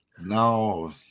no